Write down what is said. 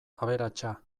aberatsa